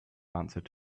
answered